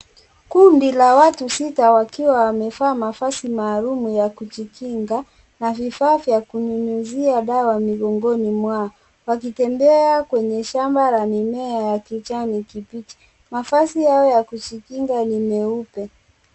Kundi la watu sita wakiwa wamevaa mavazi maalum ya kujikinga, na vifaa vya kunyunyizia dawa migongoni mwao. Wakitembea kwenye shamba la mimea ya kijani kibichi. Mavazi yao ya kujikinga ni meupe.